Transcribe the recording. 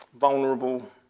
vulnerable